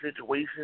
situation